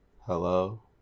Hello